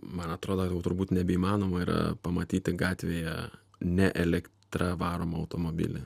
man atrodo jau turbūt nebeįmanoma yra pamatyti gatvėje ne elektra varomą automobilį